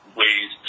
ways